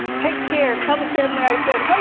take care, tell the family i said,